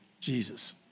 Jesus